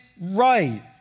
right